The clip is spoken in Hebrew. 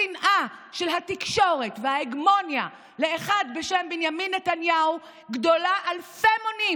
השנאה של התקשורת וההגמוניה לאחד בשם בנימין נתניהו גדולה אלפי מונים